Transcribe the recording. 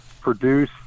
produce